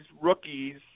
rookies